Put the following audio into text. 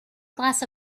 glass